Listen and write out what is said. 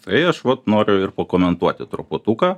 tai aš vat noriu ir pakomentuoti truputuką